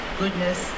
goodness